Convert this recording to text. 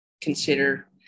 consider